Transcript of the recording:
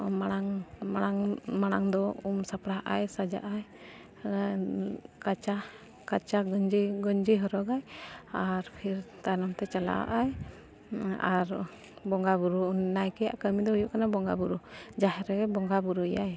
ᱢᱟᱲᱟᱝ ᱢᱟᱲᱟᱝ ᱢᱟᱲᱟᱝ ᱫᱚ ᱩᱢ ᱥᱟᱯᱲᱟᱜᱼᱟᱭ ᱥᱟᱡᱟᱜᱼᱟᱭ ᱠᱟᱪᱟ ᱠᱟᱪᱟ ᱜᱮᱧᱡᱤ ᱜᱮᱧᱡᱤ ᱦᱚᱨᱚᱜᱟᱭ ᱟᱨ ᱯᱷᱤᱨ ᱛᱟᱭᱱᱚᱢᱛᱮ ᱪᱟᱞᱟᱜᱼᱟᱭ ᱟᱨ ᱵᱚᱸᱜᱟᱼᱵᱩᱨᱩ ᱱᱟᱭᱠᱮᱭᱟᱜ ᱠᱟᱹᱢᱤ ᱫᱚ ᱦᱩᱭᱩᱜ ᱠᱟᱱᱟ ᱵᱚᱸᱜᱟ ᱵᱩᱨᱩ ᱡᱟᱦᱮᱨ ᱨᱮᱜᱮ ᱵᱚᱸᱜᱟ ᱵᱩᱨᱩᱭᱟᱭ